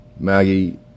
Maggie